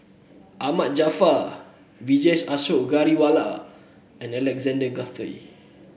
Ahmad Jaafar Vijesh Ashok Ghariwala and Alexander Guthrie